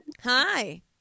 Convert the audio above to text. Hi